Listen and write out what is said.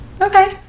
okay